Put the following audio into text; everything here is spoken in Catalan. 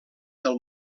del